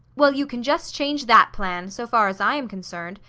well, you can just change that plan, so far as i am concerned,